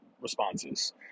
responses